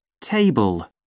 Table